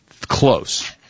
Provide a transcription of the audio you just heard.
Close